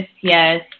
Yes